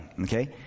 okay